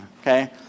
Okay